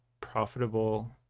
profitable